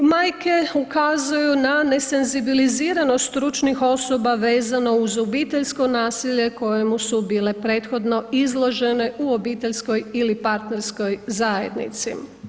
Majke ukazuju na nesenzibiliziranost stručnih osoba vezano uz obiteljsko nasilje kojemu su bile prethodno izložene u obiteljskoj ili partnerskoj zajednici.